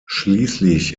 schließlich